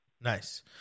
Nice